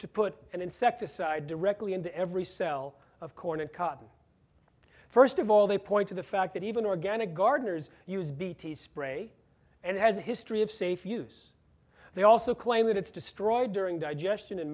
to put an insecticide directly into every cell of corn and cotton first of all they point to the fact that even organic gardeners use bt spray and has a history of safe use they also claim that it's destroyed during digestion and